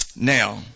Now